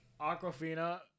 Aquafina